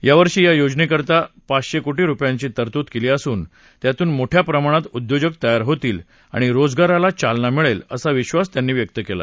यावर्षी या योजनेकरता पाचशे कोटी रुपयांची तरतूद केली असून यातून मोठ्या प्रमाणात उद्योजक तयार होतील आणि रोजगाराला चालना मिळेल असा विश्वास त्यांनी व्यक्त केला